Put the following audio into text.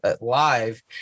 live